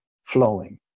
flowing